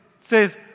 says